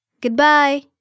Goodbye